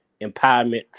empowerment